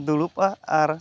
ᱫᱩᱲᱩᱵ ᱟ ᱟᱨ